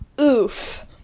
oof